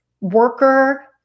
worker